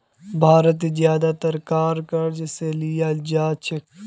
भारत ज्यादातर कार क़र्ज़ स लीयाल जा छेक